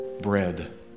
bread